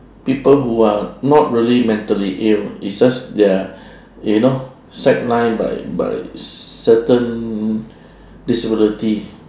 people who are not really mentally ill it's just they're you know sideline by by certain disability